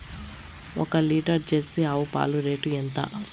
ఒక litre jersey ఆవు పాలు రేటు ఎంత?